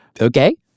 Okay